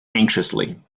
anxiously